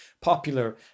popular